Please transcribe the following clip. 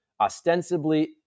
ostensibly